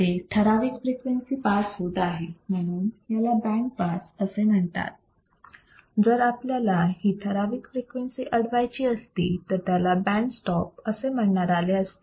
इथे ठराविक frequency pass होत आहे म्हणून याला बँड पास असे म्हणतात जर आपल्याला ही ठराविक फ्रिक्वेन्सी अडवायची असती तर त्याला स्टॉप बँड असे म्हणण्यात आले असते